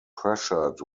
pressured